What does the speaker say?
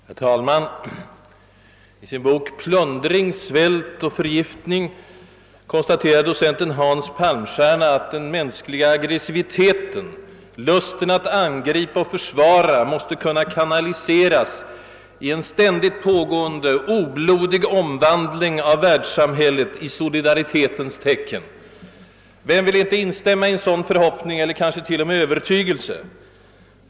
Herr talman! I sin bok »Plundring, svält, förgiftning» konstaterar docent Hans Palmstierna att den mänskliga aggressiviteten, lusten att angripa och försvara måste kunna kanaliseras i en ständigt pågående, oblodig omvandling av världssamhället i solidaritetens tecken. Vem vill inte instämma i en sådan förhoppning eller kanske t.o.m. övertygelse!